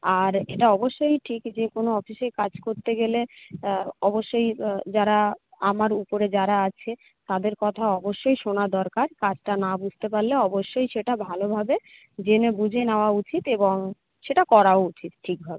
আর এটা অবশ্যই ঠিক যে কোনো অফিসেই কাজ করতে গেলে অবশ্যই যারা আমার উপরে যারা আছে তাদের কথা অবশ্যই শোনা দরকার কাজটা না বুঝতে পারলে অবশ্যই সেটা ভালোভাবে জেনে বুঝে নেওয়া উচিত এবং সেটা করাও উচিত ঠিকভাবে